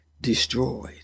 destroyed